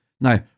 Now